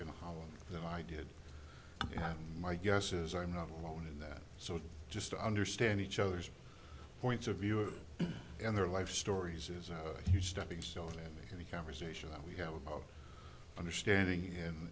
in holland than i did my guess is i'm not alone in that so just to understand each other's points of view in their life stories is a huge stepping stone to any conversation that we have about understanding